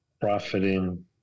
profiting